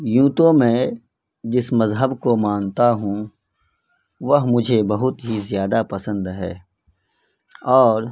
یوں تو میں جس مذہب کو مانتا ہوں وہ مجھے بہت ہی زیادہ پسند ہے اور